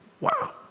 Wow